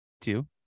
two